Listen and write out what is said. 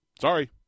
Sorry